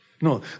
No